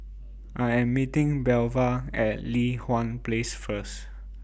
I Am meeting Belva At Li Hwan Place First